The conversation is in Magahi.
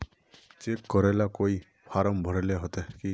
चेक करेला कोई फारम भरेले होते की?